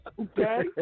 Okay